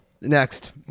Next